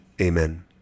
amen